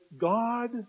God